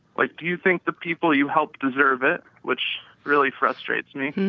like do you think the people you help deserve it? which really frustrates me.